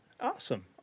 Awesome